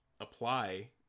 apply